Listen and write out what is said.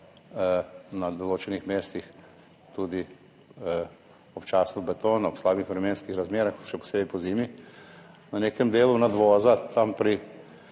na določenih mestih občasno tudi beton ob slabih vremenskih razmerah, še posebej pozimi. Na nekem delu nadvoza tam pri